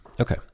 Okay